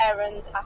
errands